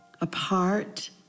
apart